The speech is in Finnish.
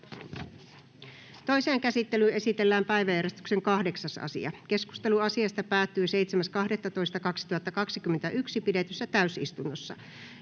Toiseen käsittelyyn esitellään päiväjärjestyksen 8. asia. Keskustelu asiasta päättyi 7.12.2021 pidetyssä täysistunnossa.